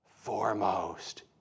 foremost